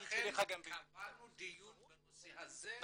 ולכן קבענו דיון בנושא הזה בשבוע הבא.